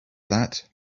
that